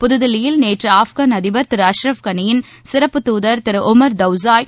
புதுதில்லியில் நேற்று ஆப்கன் அதிபர் திரு அஸ்ரப் களியின் சிறப்பு துதர் திரு உமர் தவத்சாய்